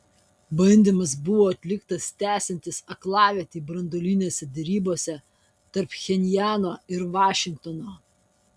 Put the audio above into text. bandymas buvo atliktas tęsiantis aklavietei branduolinėse derybose tarp pchenjano ir vašingtono